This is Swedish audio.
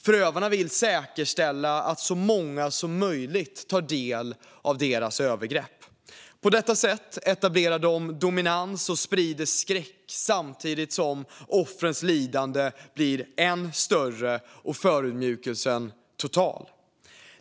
Förövarna vill säkerställa att så många som möjligt tar del av deras övergrepp. På detta sätt etablerar de dominans och sprider skräck samtidigt som offrens lidande blir än större och förödmjukelsen blir total.